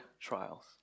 trials